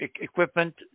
equipment